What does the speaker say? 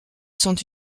sont